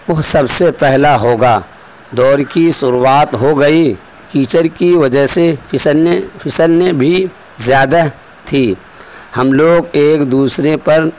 وہ سب سے پہلا ہوگا دوڑ کی شروعات ہو گئی کیچڑ کی وجہ سے پھسلنے پھسلنے بھی زیادہ تھی ہم لوگ ایک دوسرے پر